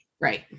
Right